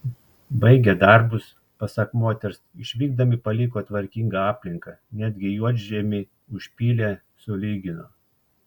baigę darbus pasak moters išvykdami paliko tvarkingą aplinką netgi juodžemį užpylė sulygino